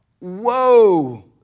whoa